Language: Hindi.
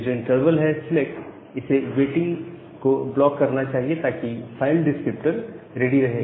यह जो इंटरवल है सिलेक्ट इसे वेटिंग को ब्लॉक करना चाहिए ताकि फाइल डिस्क्रिप्टर रेडी रहे